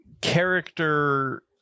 character